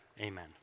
Amen